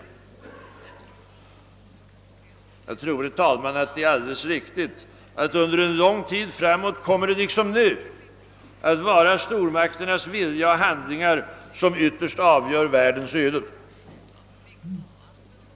Jag tror, herr talman, att det är alldeles riktigt, att det under en lång tid framåt kommer att liksom nu vara stormakternas vilja och handlingar som ytterst avgör världens öde.